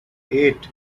eight